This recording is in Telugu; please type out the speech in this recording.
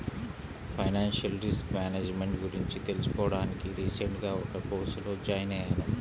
ఫైనాన్షియల్ రిస్క్ మేనేజ్ మెంట్ గురించి తెలుసుకోడానికి రీసెంట్ గా ఒక కోర్సులో జాయిన్ అయ్యాను